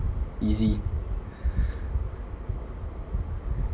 easy